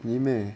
really meh